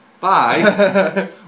bye